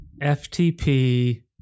FTP